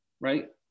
right